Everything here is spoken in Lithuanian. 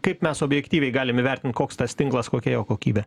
kaip mes objektyviai galim įvertint koks tas tinklas kokia jo kokybė